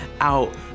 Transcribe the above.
out